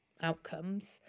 outcomes